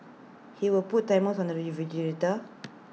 he would put timers on the refrigerator